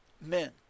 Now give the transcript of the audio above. men